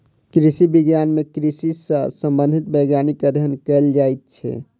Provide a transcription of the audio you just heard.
कृषि विज्ञान मे कृषि सॅ संबंधित वैज्ञानिक अध्ययन कयल जाइत छै